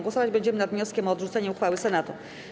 Głosować będziemy nad wnioskiem o odrzucenie uchwały Senatu.